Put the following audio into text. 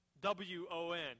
W-O-N